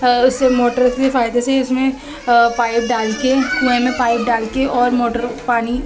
اس motor سے فائدے سے ہی اس میں پائپ ڈال کے کنویں میں پائپ ڈال کے اور موٹر پانی